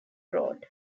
road